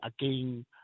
again